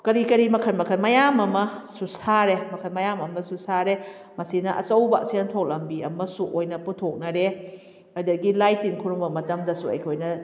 ꯀꯔꯤ ꯀꯔꯤ ꯃꯈꯜ ꯃꯈꯜ ꯃꯌꯥꯝ ꯑꯃꯁꯨ ꯁꯥꯔꯦ ꯃꯈꯜ ꯃꯌꯥꯝ ꯑꯃꯁꯨ ꯁꯥꯔꯦ ꯃꯁꯤꯅ ꯑꯆꯧꯕ ꯁꯦꯟꯊꯣꯛ ꯂꯝꯕꯤ ꯑꯃꯁꯨ ꯑꯣꯏꯅ ꯄꯨꯊꯣꯛꯅꯔꯦ ꯑꯗꯒꯤ ꯂꯥꯏ ꯇꯤꯟ ꯈꯨꯔꯨꯝꯕ ꯃꯇꯝꯗꯁꯨ ꯑꯩꯈꯣꯏꯅ